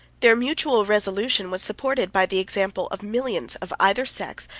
their mutual resolution was supported by the example of millions, of either sex,